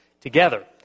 together